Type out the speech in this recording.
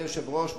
אדוני היושב-ראש,